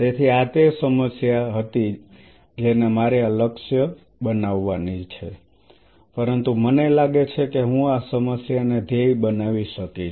તેથી આ તે સમસ્યા હતી જેને મારે લક્ષ્ય બનાવવાની છે પરંતુ મને લાગે છે કે હું આ સમસ્યાને ધ્યેય બનાવી શકીશ